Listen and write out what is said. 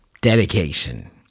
dedication